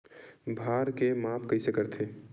भार के माप कइसे करथे?